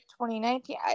2019